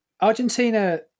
Argentina